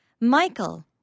Michael